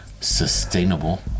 Sustainable